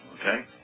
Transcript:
Okay